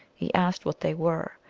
he asked what they were.